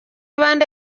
bande